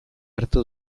hartu